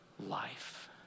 Life